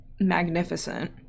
magnificent